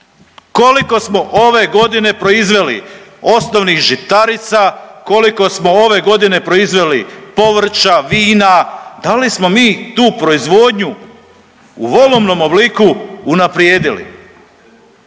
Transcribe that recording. Koliko smo ove godine proizveli osnovnih žitarica, koliko smo ove godine proizveli povrća, vina, da li smo mi tu proizvodnju u volumnom obliku unaprijedili?